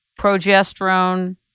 progesterone